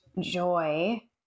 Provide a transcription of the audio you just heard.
joy